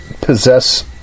possess